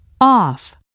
off